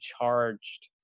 charged